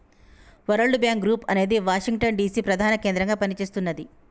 world Bank Group అనేది Washington DC ప్రధాన కేంద్రంగా పనిచేస్తున్నది